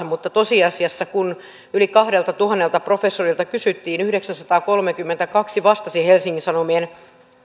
mutta tosiasiassa kun yli kahdeltatuhannelta professorilta kysyttiin ja yhdeksänsataakolmekymmentäkaksi vastasi helsingin sanomien